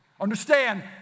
Understand